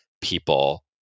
people